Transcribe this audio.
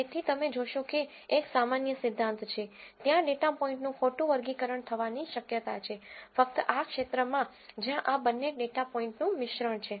તેથી તમે જોશો કે એક સામાન્ય સિદ્ધાંત છે ત્યાં ડેટા પોઇન્ટનું ખોટું વર્ગીકરણ થવાની શક્યતા છે ફક્ત આ ક્ષેત્રમાં જ્યાં આ બંને ડેટા પોઇન્ટ નું મિશ્રણ છે